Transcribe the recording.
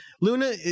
Luna